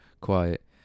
quiet